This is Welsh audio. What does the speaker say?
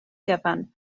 gyfan